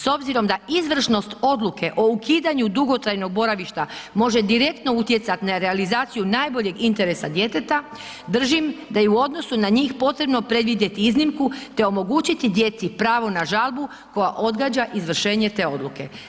S obzirom da izvršnost odluke o ukidanju dugotrajnog boravišta može direktno utjecati na realizaciju najboljeg interesa djeteta, držim da je u odnosu na njih potrebno predvidjeti iznimku te omogućiti djeci pravo na žalbu koja odgađa izvršenje te odluke.